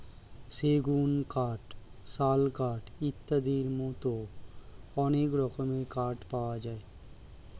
সেগুন কাঠ, শাল কাঠ ইত্যাদির মতো অনেক রকমের কাঠ পাওয়া যায়